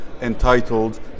entitled